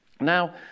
Now